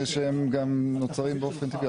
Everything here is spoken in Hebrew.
שגם נוצרים באופן טבעי,